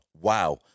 wow